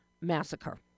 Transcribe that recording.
massacre